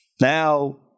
Now